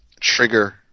Trigger